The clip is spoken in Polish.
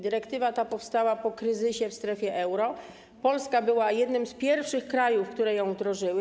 Dyrektywa ta powstała po kryzysie w strefie euro, a Polska była jednym z pierwszych krajów, które ją wdrożyły.